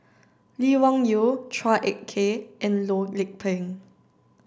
Lee Wung Yew Chua Ek Kay and Loh Lik Peng